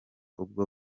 ubwo